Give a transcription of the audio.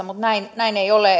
mutta näin näin ei ole